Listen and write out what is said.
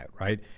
right